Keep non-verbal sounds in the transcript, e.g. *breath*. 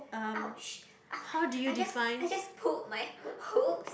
!ouch! *breath* I just I just pulled my hoops